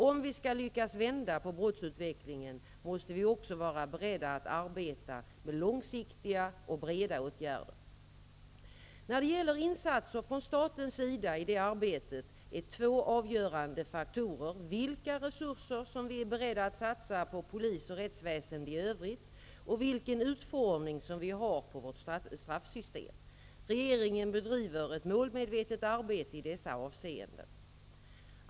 Om vi skall lyckas vända på brottsutvecklingen måste vi också vara beredda att arbeta med långsiktiga och breda åtgärder. När det gäller insatser från statens sida i det arbetet är två avgörande faktorer vilka resurser som vi är beredda att satsa på polis och rättsväsende i övrigt och vilken utformning som vi har på vårt straffsystem. Regeringen bedriver ett målmedvetet arbete i dessa avseenden.